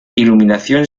iluminación